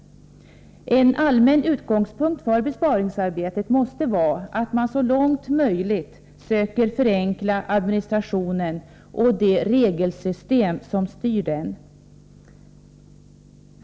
En allmän utgångspunkt för besparingsarbetet måste vara att man så långt möjligt söker förenkla administrationen och de regelsystem som styr den.